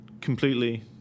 completely